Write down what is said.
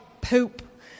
poop